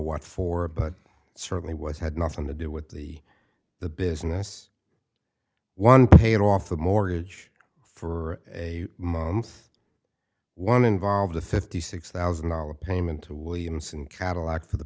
what for but certainly was had nothing to do with the the business one paid off the mortgage for a month one involved a fifty six thousand dollars payment to williamson cadillac for the